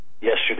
yesterday